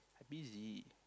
busy